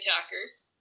attackers